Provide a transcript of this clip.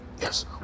Yes